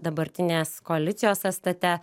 dabartinės koalicijos sąstate